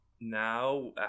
now